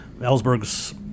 Ellsberg's